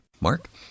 Mark